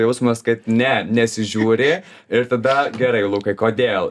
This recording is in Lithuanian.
jausmas kad ne nesižiuri ir tada gerai lukai kodėl